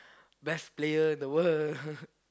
best player in the world